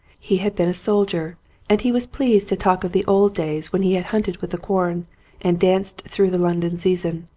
he had been a soldier and he was pleased to talk of the old days when he had hunted with the quorn and danced through the london season.